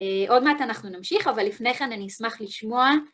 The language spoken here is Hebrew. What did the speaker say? עוד מעט אנחנו נמשיך, אבל לפני כן אני אשמח לשמוע.